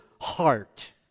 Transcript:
heart